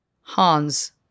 Hans